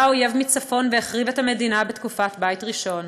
בא אויב מצפון והחריב את המדינה בתקופת בית ראשון.